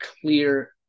clear